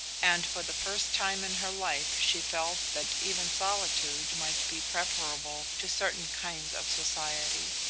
and for the first time in her life she felt that even solitude might be preferable to certain kinds of society.